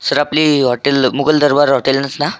sir आपली hotel Mughal Darbar हॉटेलनंच ना